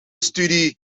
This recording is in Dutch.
studie